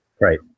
Right